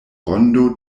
rondo